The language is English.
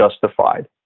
justified